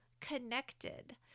connected